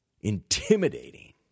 intimidating